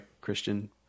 Christian